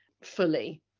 fully